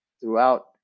throughout